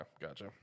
Gotcha